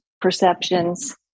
perceptions